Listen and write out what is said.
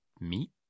meat